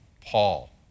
paul